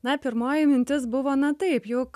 na pirmoji mintis buvo na taip juk